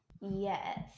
yes